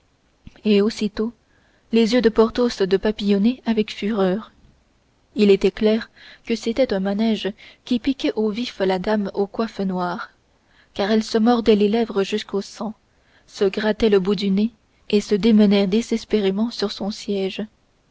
et aussitôt les yeux de porthos de papillonner avec fureur il était clair que c'était un manège qui piquait au vif la dame aux coiffes noires car elle se mordait les lèvres jusqu'au sang se grattait le bout du nez et se démenait désespérément sur son siège